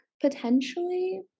potentially